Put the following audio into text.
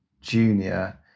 junior